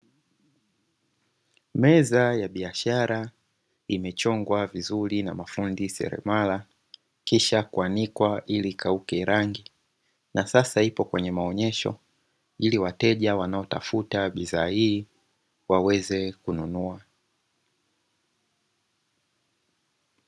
Meza ya biashara imechongwa vizuri na mafundi seremala kisha kuanikwa ili ikauke rangi na sasa ipo kwenye maonyesho, ili wateja wanaotafuta bidhaa hii waweze kununua.